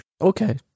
Okay